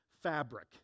fabric